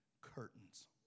curtains